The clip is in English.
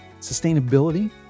sustainability